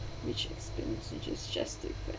which explain which is just different